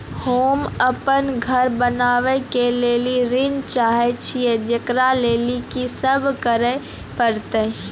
होम अपन घर बनाबै के लेल ऋण चाहे छिये, जेकरा लेल कि सब करें परतै?